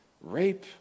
rape